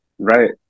Right